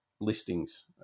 listings